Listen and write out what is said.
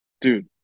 dude